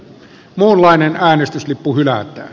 muunlainen äänestyslippu hylätään